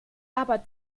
aber